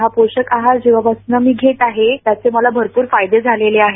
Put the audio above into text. हा पोषक आहार जेव्हापासून मी घेत आहे त्याचे मला भरपूर फायदे झाले आहेत